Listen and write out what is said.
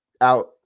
out